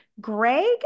Greg